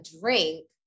drink